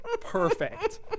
Perfect